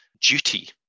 duty